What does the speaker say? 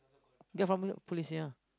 get from your police ya